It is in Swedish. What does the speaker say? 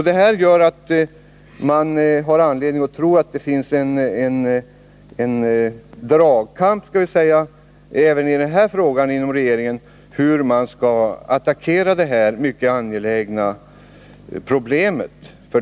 Detta gör att man har anledning tro att det pågår en dragkamp även i denna fråga inom regeringen när det gäller hur detta mycket angelägna problem skall attackeras.